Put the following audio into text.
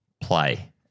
play